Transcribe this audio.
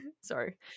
sorry